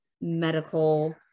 medical